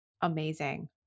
Amazing